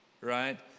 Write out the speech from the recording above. right